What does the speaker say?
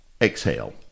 exhale